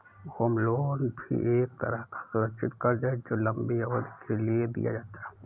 home loan भी एक तरह का सुरक्षित कर्ज है जो लम्बी अवधि के लिए दिया जाता है